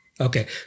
okay